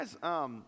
guys